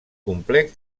complex